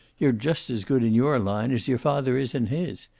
you're just as good in your line as your father is in his.